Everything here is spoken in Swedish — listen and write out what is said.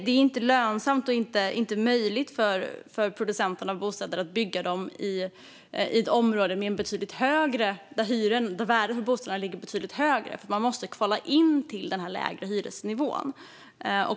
Det är inte lönsamt och inte möjligt för producenterna av bostäder att bygga dem i ett område där värdet på bostäderna ligger betydligt högre, för man måste kvala in till den lägre hyresnivån.